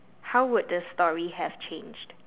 how would the story have changed